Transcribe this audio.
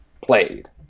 played